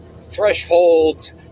Thresholds